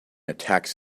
attacks